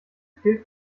fehlt